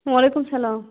وعلیکُم السلام